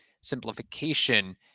simplification